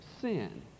sin